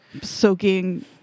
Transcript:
soaking